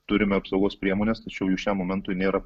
turime apsaugos priemones tačiau jų šiam momentui nėra